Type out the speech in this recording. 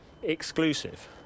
Exclusive